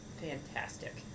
fantastic